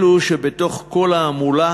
אלו שבתוך כל ההמולה